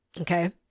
Okay